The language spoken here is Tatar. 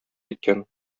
киткән